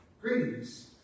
Greetings